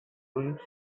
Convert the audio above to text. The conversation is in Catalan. ulls